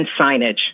signage